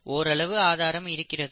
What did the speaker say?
ஓரளவுக்கு ஆதாரம் இருக்கிறது